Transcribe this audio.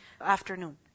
afternoon